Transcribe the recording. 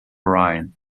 rhine